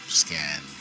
scan